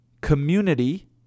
Community